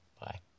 Bye